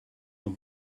een